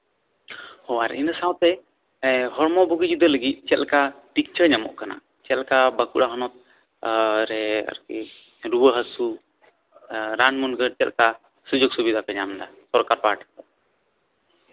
ᱚ ᱟᱨ ᱤᱱᱟᱹ ᱥᱟᱶᱛᱮ ᱦᱚᱲᱢᱚ ᱵᱩᱜᱤ ᱡᱩᱫᱟᱹ ᱞᱟᱹᱜᱤᱫ ᱪᱮᱫ ᱠᱟ ᱪᱤᱠᱤᱛᱪᱷᱟ ᱧᱟᱢᱚᱜ ᱠᱟᱱᱟ ᱪᱮᱫ ᱞᱮᱠᱟ ᱵᱟᱸᱠᱩᱲᱟ ᱦᱚᱱᱚᱛᱨᱮ ᱨᱩᱣᱟᱹ ᱦᱟᱹᱥᱩ ᱨᱟᱱ ᱢᱩᱨᱜᱟᱹᱱ ᱥᱩᱡᱳᱜ ᱥᱩᱵᱤᱫᱷᱟ ᱯᱮ ᱧᱟᱢᱫᱟ ᱥᱚᱨᱠᱟᱨ ᱯᱟᱦᱴᱟ ᱠᱷᱚᱱ